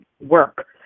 work